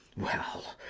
well,